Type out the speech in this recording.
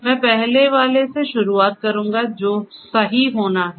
मैं पहले वाले से शुरुआत करूंगा जो सही होना है